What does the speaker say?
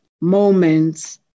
moments